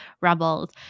Rebels